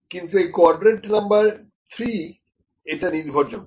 কিন্তু এই quadrant number 3 এ এটা নির্ভরযোগ্য